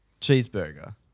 cheeseburger